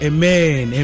Amen